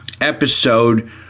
episode